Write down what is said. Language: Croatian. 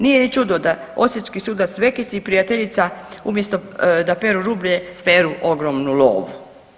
Nije ni čudo da osječki sudac Vekić i prijateljica umjesto da peru rublje peru ogromnu lovu.